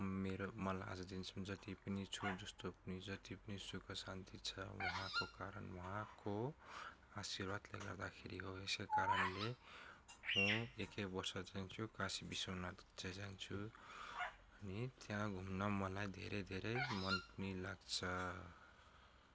मेरो मलाई आज जेसम्म जे पनि छु जस्तो पनि जति पनि सुख शान्ति छ उहाँको कारण उहाँको आशीर्वादले गर्दाखेरि हो यसै कारणले म एकै वर्ष जान्छु काशी विश्वनाथ चाहिँ जान्छु अनि त्यहाँ घुम्न मलाई धेरै धेरै मन पनि लाग्छ